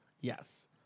Yes